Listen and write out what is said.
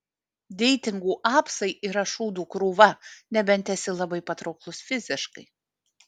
deitingų apsai yra šūdų krūva nebent esi labai patrauklus fiziškai